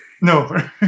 No